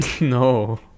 No